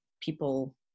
people